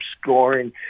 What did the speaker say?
scoring